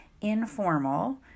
informal